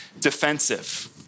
defensive